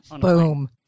Boom